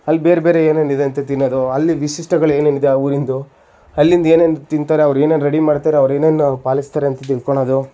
ಅಲ್ಲಿ ಬೇರೆ ಬೇರೆ ಏನೇನಿದೆ ಅಂತ ತಿನ್ನೋದು ಅಲ್ಲಿ ವಿಶಿಷ್ಟಗಳು ಏನೇನಿದೆ ಆ ಊರಿಂದು ಅಲ್ಲಿನದು ಏನೇನು ತಿಂತಾರೆ ಅವರು ಏನೇನು ರೆಡಿ ಮಾಡ್ತಾರೆ ಅವ್ರೇನೇನು ಪಾಲಿಸ್ತಾರೆ ಅಂತ ತಿಳ್ಕೋಳೋದು